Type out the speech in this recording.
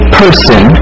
person